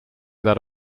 that